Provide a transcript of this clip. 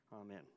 Amen